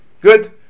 Good